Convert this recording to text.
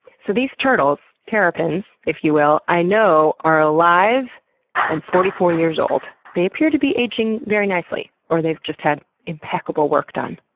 so these turtles, terrapins if you will, i know are alive and forty four years old. they appear to be aging very nicely. or they've just had impeccable work done.